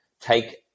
take